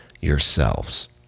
yourselves